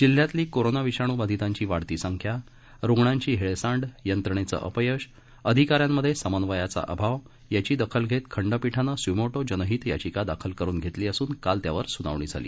जिल्ह्यातली कोरोना विषाणू बाधितांची वाढती संख्या रुग्णांची हेळसांड यंत्रणेचं अपयश अधिकाऱ्यांमध्ये समन्वयाचा अभाव आदींची दखल घेत खंडपीठानं स्मोटो जनहित याचिका दाखल करून घेतली असून काल त्यावर स्नावणी झाली